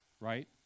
right